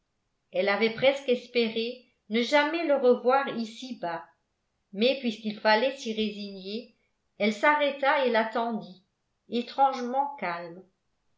elle avait presque espéré ne jamais le revoir ici-bas mais puisqu'il fallait s'y résigner elle s'arrêta et l'attendit étrangement calme